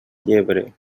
llebre